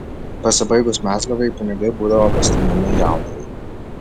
pasibaigus mezliavai pinigai būdavo pastumiami jaunajai